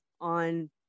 on